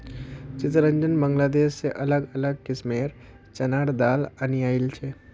चितरंजन बांग्लादेश से अलग अलग किस्मेंर चनार दाल अनियाइल छे